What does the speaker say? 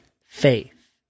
faith